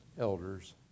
elders